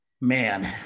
man